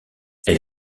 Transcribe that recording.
elle